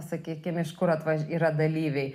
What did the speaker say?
sakykime iš kur atvaž yra dalyviai